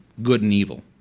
good and evil.